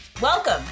Welcome